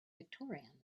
victorian